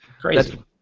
crazy